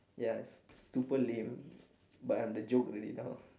yes super lame but I am the joke already now